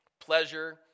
pleasure